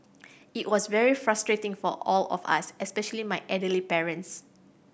it was very frustrating for all of us especially my elderly parents